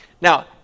Now